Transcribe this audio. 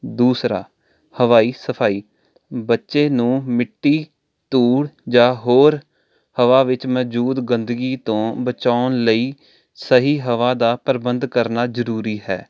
ਦੂਸਰਾ ਹਵਾਈ ਸਫਾਈ ਬੱਚੇ ਨੂੰ ਮਿੱਟੀ ਧੂੜ ਜਾਂ ਹੋਰ ਹਵਾ ਵਿੱਚ ਮੌਜੂਦ ਗੰਦਗੀ ਤੋਂ ਬਚਾਉਣ ਲਈ ਸਹੀ ਹਵਾ ਦਾ ਪ੍ਰਬੰਧ ਕਰਨਾ ਜ਼ਰੂਰੀ ਹੈ